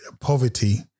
poverty